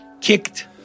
kicked